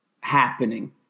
happening